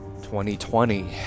2020